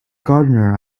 gardener